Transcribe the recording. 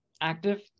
active